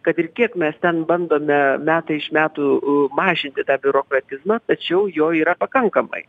kad ir kiek mes ten bandome metai iš metų mažinti tą biurokratizmą tačiau jo yra pakankamai